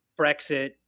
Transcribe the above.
Brexit